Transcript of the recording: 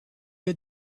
had